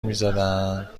میزدن